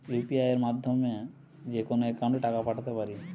UPI মাধ্যমে যেকোনো একাউন্টে টাকা পাঠাতে পারি?